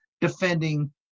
defending